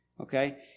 Okay